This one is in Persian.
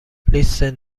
لیست